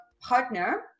partner